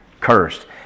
cursed